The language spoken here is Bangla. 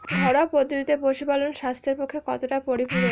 ঘরোয়া পদ্ধতিতে পশুপালন স্বাস্থ্যের পক্ষে কতটা পরিপূরক?